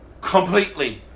completely